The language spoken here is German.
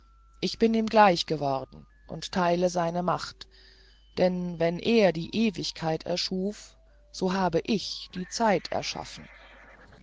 ich bin ihm gleich geworden und theile seine macht denn wenn er die ewigkeit erschuf so habe ich die zeit geschaffen